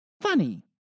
funny